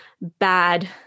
bad